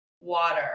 water